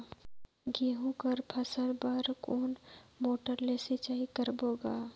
गहूं कर फसल बर कोन मोटर ले सिंचाई करबो गा?